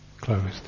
closed